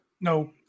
No